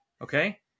okay